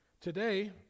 Today